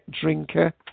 drinker